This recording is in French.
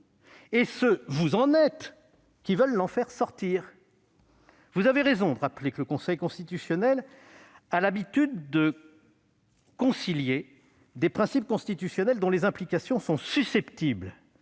-et ceux- vous en êtes ! -qui veulent l'en faire sortir. Vous avez raison de rappeler que le Conseil constitutionnel a l'habitude de concilier des principes constitutionnels dont les implications sont susceptibles